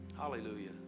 Hallelujah